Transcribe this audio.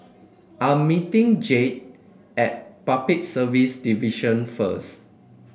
I'm meeting Jed at Public Service Division first